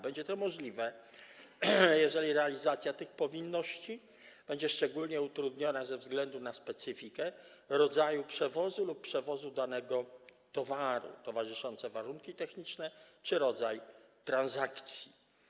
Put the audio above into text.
Będzie to możliwe, jeżeli realizacja tych powinności będzie szczególnie utrudniona ze względu na specyfikę rodzaju przewozu lub przewozu danego towaru, towarzyszące warunki techniczne czy rodzaj transakcji.